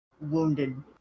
wounded